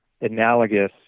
analogous